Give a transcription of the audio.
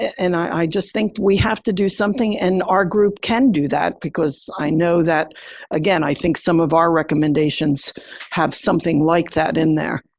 and i just think we have to do something. and our group can do that, because i know that again, i think some of our recommendations have something like that in there.